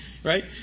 Right